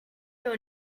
your